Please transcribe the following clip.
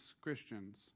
Christians